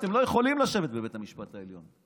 אתם לא יכולים לשבת בבית המשפט העליון,